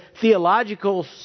theological